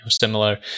similar